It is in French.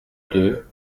deux